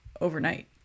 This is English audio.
overnight